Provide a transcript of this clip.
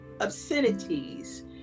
obscenities